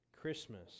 Christmas